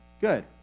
good